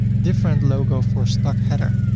different logo for stuck header